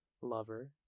lover